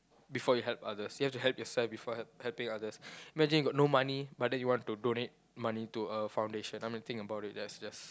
before you help others you have to help yourself before helping others imagine you got no money but then you want to donate money to a foundation I mean think about it that's just